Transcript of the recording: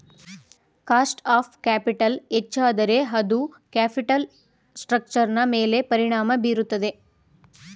cost of capital ಹೆಚ್ಚಾದರೆ ಅದು capital ಸ್ಟ್ರಕ್ಚರ್ನ ಮೇಲೆ ಪರಿಣಾಮ ಬೀರುತ್ತದೆ